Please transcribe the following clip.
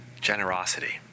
generosity